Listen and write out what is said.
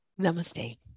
Namaste